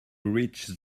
reach